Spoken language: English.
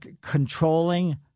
controlling